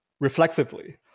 reflexively